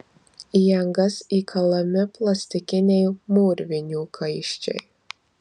į angas įkalami plastikiniai mūrvinių kaiščiai